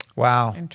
Wow